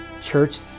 Church